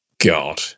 God